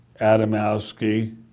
Adamowski